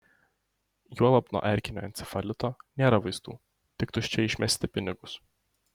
juolab nuo erkinio encefalito nėra vaistų tik tuščiai išmesite pinigus